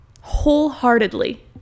wholeheartedly